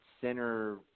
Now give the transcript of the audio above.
center